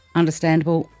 understandable